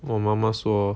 我妈妈说